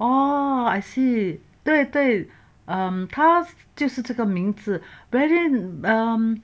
oh I see 对对他就是这个名字 um